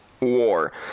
war